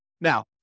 Now